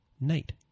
night